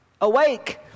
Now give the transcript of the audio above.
Awake